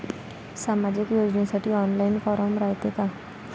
सामाजिक योजनेसाठी online form रायते का?